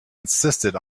insisted